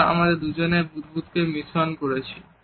আমরা আমাদের দুজনের বুদবুদকে মিশ্রন করছি